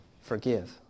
forgive